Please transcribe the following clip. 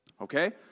okay